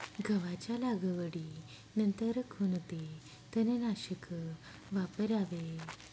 गव्हाच्या लागवडीनंतर कोणते तणनाशक वापरावे?